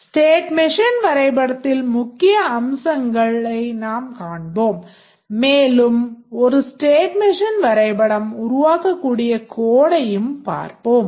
state machine வரைபடத்தின் முக்கிய அம்சங்களை நாம் காண்போம் மேலும் ஒரு state machine வரைபடம் உருவாக்கக்கூடிய codeடையும் பார்ப்போம்